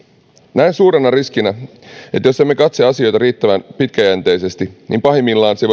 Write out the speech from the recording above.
näen suurena riskinä että jos emme katso asioita riittävän pitkäjänteisesti niin pahimmillaan se